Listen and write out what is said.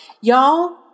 Y'all